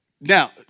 Now